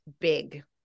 big